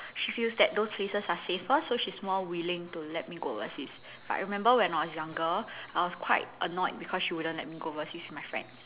she feels that those places are safer so she's more willing to let me go overseas I remember when I was younger I was quite annoyed because she wouldn't let me go overseas with my friends